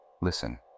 Listen